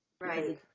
Right